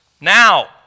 now